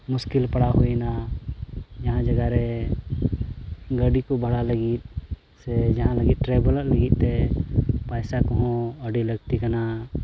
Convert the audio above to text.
ᱢᱩᱥᱠᱤᱞ ᱯᱟᱲᱟᱣ ᱦᱩᱭᱮᱱᱟ ᱡᱟᱦᱟᱸ ᱡᱟᱭᱜᱟᱨᱮ ᱜᱟᱹᱰᱤ ᱠᱚ ᱵᱷᱟᱲᱟ ᱞᱟᱹᱜᱤᱫ ᱥᱮ ᱡᱟᱦᱟᱸ ᱞᱟᱹᱜᱤᱫ ᱚᱜ ᱞᱟᱹᱜᱤᱫᱛᱮ ᱯᱚᱭᱥᱟ ᱠᱚᱦᱚᱸ ᱟᱹᱰᱤ ᱞᱟᱹᱠᱛᱤ ᱠᱟᱱᱟ